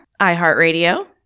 iHeartRadio